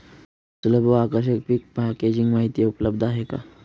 सुलभ व आकर्षक पीक पॅकेजिंग माहिती उपलब्ध आहे का?